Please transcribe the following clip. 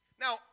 Now